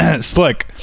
slick